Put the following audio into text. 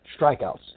strikeouts